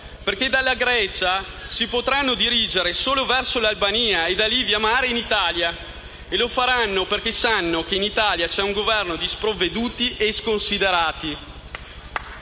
perché dalla Grecia si potranno dirigere solo verso l'Albania e da lì, via mare, in Italia. Lo faranno perché sanno che in Italia c'è un Governo di sprovveduti e sconsiderati.